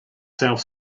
self